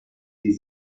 die